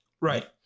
Right